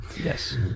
Yes